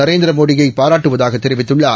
நரேந்திரமோடியை அயராது பாராட்டுவதாக தெரிவித்துள்ளார்